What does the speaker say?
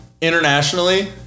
internationally